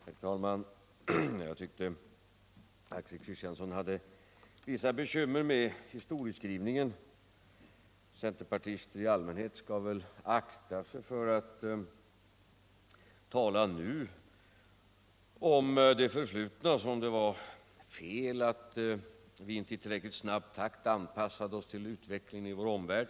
Herr talman! Jag tyckte att Axel Kristiansson hade vissa bekymmer med historieskrivningen. Centerpartister i allmänhet skall väl akta sig för att tala om det förflutna som om det var fel att vi inte i tillräckligt snabb takt anpassade oss till utvecklingen i vår omvärld.